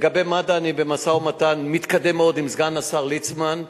לגבי מד"א אני במשא-ומתן מתקדם מאוד עם סגן השר ליצמן,